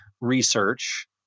research